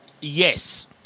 yes